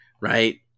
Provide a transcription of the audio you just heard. right